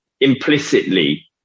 implicitly